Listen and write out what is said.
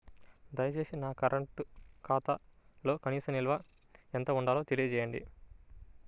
దయచేసి నా కరెంటు ఖాతాలో కనీస నిల్వ ఎంత ఉండాలో తెలియజేయండి